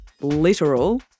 literal